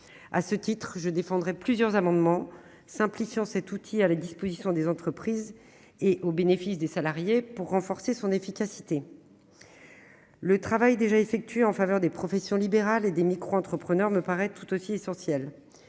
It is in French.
À ce titre, je défendrai plusieurs amendements tendant à simplifier cet outil mis à la disposition des entreprises pour le bénéfice des salariés, de manière à renforcer son efficacité. Le travail déjà effectué en faveur des professions libérales et des micro-entrepreneurs me paraît tout aussi essentiel.